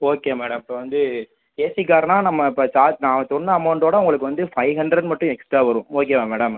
okay madam இப்போ வந்து AC கார்னால் நம்ம இப்போ சார்ஜ் நான் சொன்ன அமௌண்ட்டோடு உங்களுக்கு வந்து ஃபைவ் ஹண்ட்ரட் மட்டும் எக்ஸ்ட்டா வரும் ஓகேவா மேடம்